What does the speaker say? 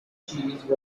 cheese